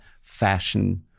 fashion